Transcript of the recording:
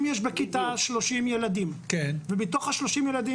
אם יש בכיתה 30 ילדים ומתוך ה-30 ילדים